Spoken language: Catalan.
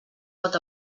pot